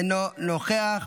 אינו נוכח,